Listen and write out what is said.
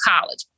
college